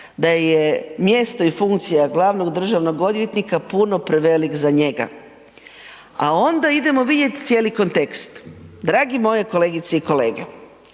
da je mjesto i funkcija glavnog državnog odvjetnika puno prevelik za njega. A onda idemo vidjet cijeli kontekst. Dragi moji kolegice i kolege,